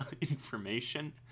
information